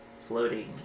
floating